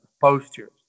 postures